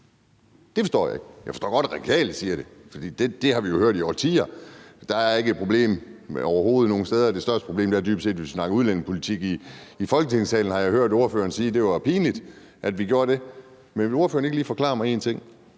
forstår jeg ikke. Jeg forstår godt, at Radikale siger det, for det har vi jo hørt i årtier. Der er ikke et problem overhovedet nogen steder. Det største problem er dybest set, at vi snakker udlændingepolitik i Folketingssalen. Jeg har hørt ordføreren sige, at det var pinligt, at vi gjorde det. Men vil ordføreren ikke lige forklare mig en ting?